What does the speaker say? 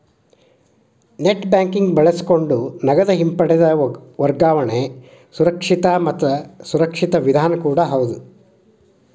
net banking ಬಳಸಕೊಂಡ ನಗದ ಹಿಂಪಡೆದ ವರ್ಗಾವಣೆ ಸುರಕ್ಷಿತ ಮತ್ತ ಸುರಕ್ಷಿತ ವಿಧಾನ ಕೂಡ ಹೌದ್